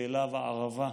צאלה וערבה.